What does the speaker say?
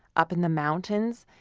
up in the mountains,